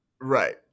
Right